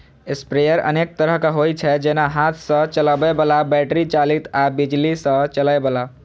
sprayer अनेक तरहक होइ छै, जेना हाथ सं चलबै बला, बैटरी चालित आ बिजली सं चलै बला